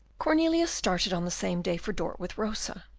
cornelius started on the same day for dort with rosa,